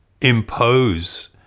impose